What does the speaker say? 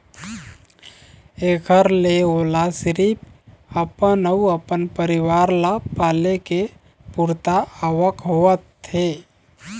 एखर ले ओला सिरिफ अपन अउ अपन परिवार ल पाले के पुरता आवक होवत हे